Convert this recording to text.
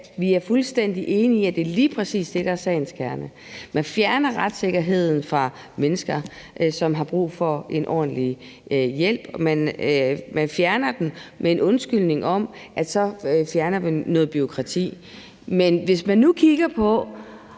vi er fuldstændig enige i, at det lige præcis er det, der er sagens kerne. Man fjerner retssikkerheden fra mennesker, som har brug for en ordentlig hjælp. Man fjerner den med en undskyldning om, at så fjerner man noget bureaukrati. Men hvis man nu kigger på,